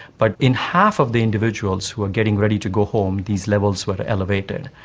but in half of the individuals who were getting ready to go home, these levels were elevated.